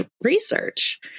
research